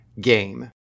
game